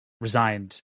resigned